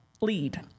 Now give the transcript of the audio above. lead